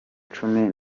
cumi